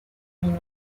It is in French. minos